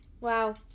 Wow